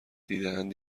دیدهاند